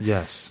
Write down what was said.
Yes